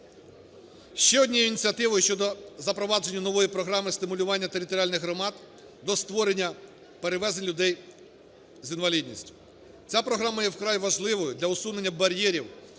Ще однією ініціативою щодо запровадження нової програми - стимулювання територіальних громад до створення перевезень людей з інвалідністю. Ця програма є вкрай важливою для усунення бар'єрів